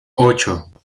ocho